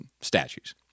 statues